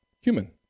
human